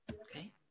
Okay